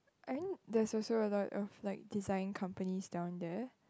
I think there's also a lot of like design companies down there